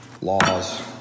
Laws